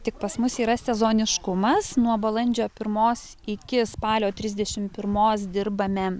tik pas mus yra sezoniškumas nuo balandžio pirmos iki spalio trisdešim pirmos dirbame